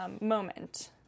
moment